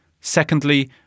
Secondly